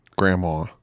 grandma